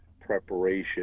preparation